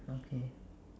okay